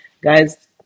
guys